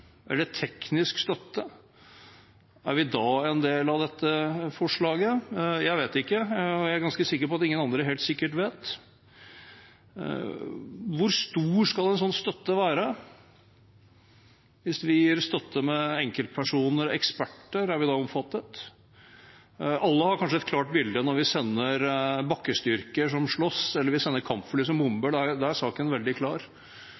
eller teknisk støtte, er det en del av dette forslaget? Jeg vet ikke, og jeg er ganske sikker på at ingen andre helt sikkert vet. Hvor stor skal en sånn støtte være? Hvis vi gir støtte med enkeltpersoner eller eksperter, er det omfattet av forslaget? Alle har kanskje et klart bilde når vi sender bakkestyrker som slåss, eller vi sender kampfly som bomber. Da er saken veldig klar.